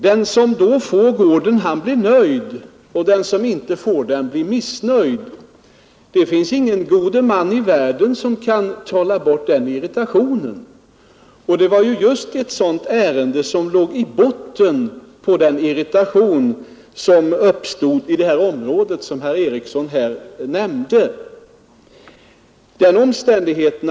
Den som då slutligen får köpa gården blir nöjd, och den som inte får köpa blir missnöjd — och det finns ingen god man i världen som kan trolla bort den irritationen. Det var just ett sådant ärende som låg i botten på den irritation som uppstått i det område herr Eriksson i Arvika här nämnde.